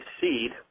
seed